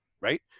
right